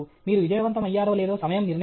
మీరు విజయవంతమయ్యారో లేదో సమయం నిర్ణయిస్తుంది